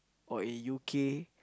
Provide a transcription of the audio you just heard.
or in U_K